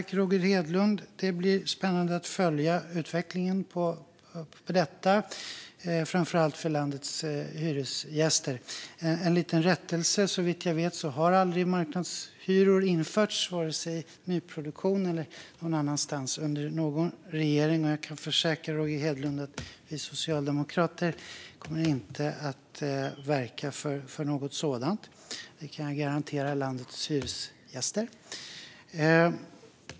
Fru talman! Det blir spännande att följa utvecklingen när det gäller detta, framför allt för landets hyresgäster. En liten rättelse: Såvitt jag vet har marknadshyror aldrig införts, varken i nyproduktion eller någon annanstans under någon regering, och jag kan försäkra Roger Hedlund att vi socialdemokrater inte kommer att verka för något sådant. Detta kan jag garantera landets hyresgäster.